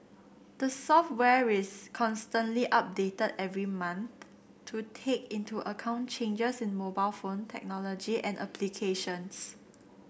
the software is constantly updated every month to take into account changes in mobile phone technology and applications